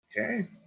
Okay